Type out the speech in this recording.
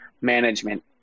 management